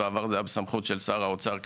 בעבר זה היה בסמכות של שר האוצר כתקנות,